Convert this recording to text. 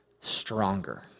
stronger